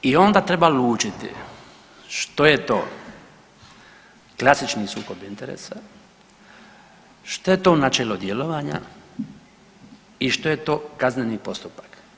I onda treba lučiti što je to klasični sukob interesa, što je to načelo djelovanja i što je to kazneni postupak.